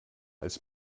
als